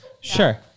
Sure